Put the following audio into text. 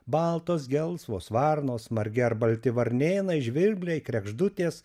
baltos gelsvos varnos margi ar balti varnėnai žvirbliai kregždutės